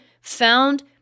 found